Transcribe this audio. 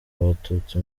abatutsi